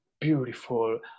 beautiful